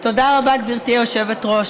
תודה רבה, גברתי היושבת-ראש.